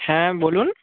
হ্যাঁ বলুন